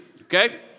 okay